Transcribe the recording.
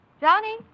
Johnny